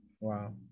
Wow